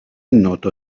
noto